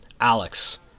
Alex